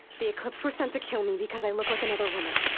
the eclipse were sent to kill me because i look like another woman.